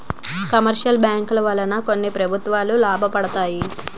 commercial బ్యాంకుల వలన కొన్ని ప్రభుత్వాలు లాభపడతాయి